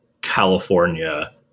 California –